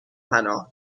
پناه